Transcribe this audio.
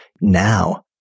now